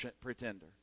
pretender